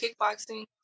kickboxing